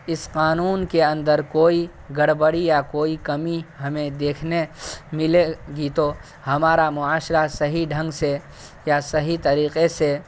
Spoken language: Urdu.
اس قانون کے اندر کوئی گڑبڑی یا کوئی کمی ہمیں دیکھنے ملے گی تو ہمارا معاشرہ صحیح ڈھنگ سے یا صحیح طریقے سے